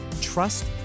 trust